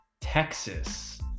Texas